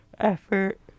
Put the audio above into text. effort